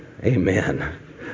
Amen